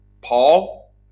Paul